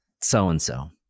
so-and-so